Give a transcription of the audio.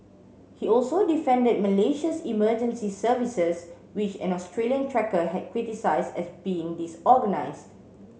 he also defended Malaysia's emergency services which an Australian trekker had criticised as being disorganised